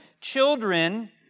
children